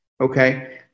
Okay